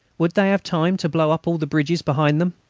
would they have time to blow up all the bridges behind them?